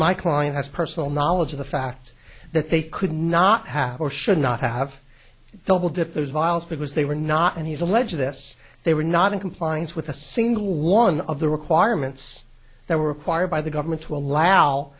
my client has personal knowledge of the facts that they could not have or should not have double dippers viles because they were not and he's alleged this they were not in compliance with a single one of the requirements that were required by the government to allow